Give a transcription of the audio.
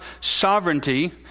sovereignty